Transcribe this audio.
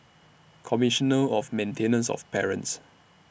Commissioner of Maintenance of Parents